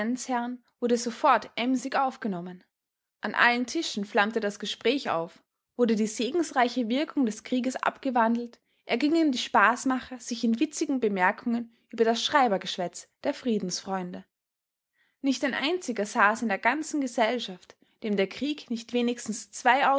wurde sofort emsig aufgenommen an allen tischen flammte das gespräch auf wurde die segensreiche wirkung des krieges abgewandelt ergingen die spaßmacher sich in witzigen bemerkungen über das schreibergeschwätz der friedensfreunde nicht ein einziger saß in der ganzen gesellschaft dem der krieg nicht wenigstens zwei